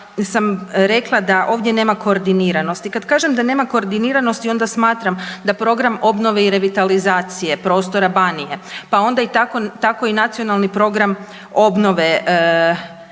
sam rekla da ovdje nema koordiniranosti. Kad kažem da nema koordiniranosti onda smatram da program obnove i revitalizacije prostora Banije, pa onda tako i Nacionalni program obnove